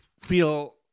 feel